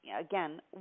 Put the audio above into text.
again